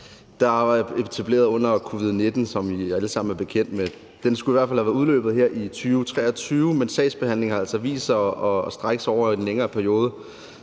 der blev etableret under covid-19, som vi alle sammen er bekendt med. Den skulle i hvert fald have været udløbet her i 2023, men sagsbehandlingen har altså vist sig at strække sig over en længere periode